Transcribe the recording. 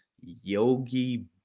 Yogi